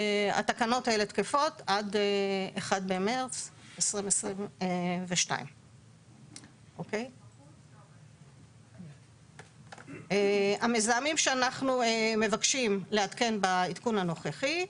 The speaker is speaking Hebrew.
התקנות האלה תקפות עד ה-1 במרץ 2022. המזהמים שאנחנו מבקשים לעדכן בעדכון הנוכחי: